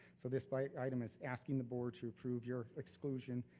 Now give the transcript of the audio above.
so despite item is asking the board to approve your exclusion,